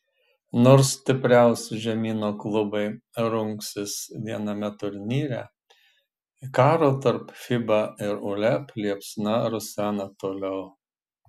nors stipriausi žemyno klubai rungsis viename turnyre karo tarp fiba ir uleb liepsna rusena toliau